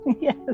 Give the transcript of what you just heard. Yes